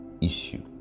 issue